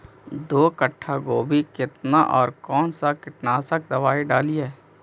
दो कट्ठा गोभी केतना और कौन सा कीटनाशक दवाई डालिए?